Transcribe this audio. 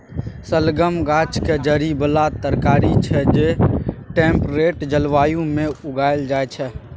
शलगम गाछक जड़ि बला तरकारी छै जे टेम्परेट जलबायु मे उगाएल जाइ छै